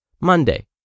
Monday